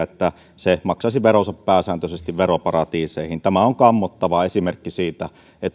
että se maksaisi veronsa pääsääntöisesti veroparatiiseihin tämä on kammottava esimerkki siitä